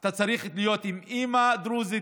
אתה צריך להיות עם אימא דרוזית,